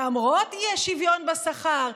למרות האי-שוויון בשכר,